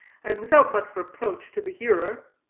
and without much reproach to the hearer.